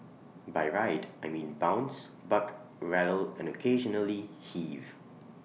by ride I mean bounce buck rattle and occasionally heave